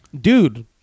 dude